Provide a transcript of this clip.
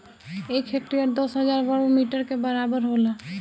एक हेक्टेयर दस हजार वर्ग मीटर के बराबर होला